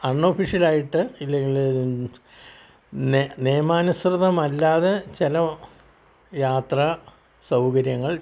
അൺ ഒഫിഷ്യലായിട്ട് ഇല്ലെങ്കിൽ നിയമാനുസൃതമല്ലാതെ ചില യാത്രാ സൗകര്യങ്ങൾ